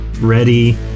ready